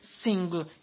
single